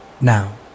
Now